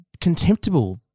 contemptible